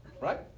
right